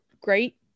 great